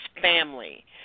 family